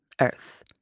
earth